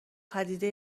پدیده